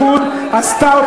הליכוד עשה,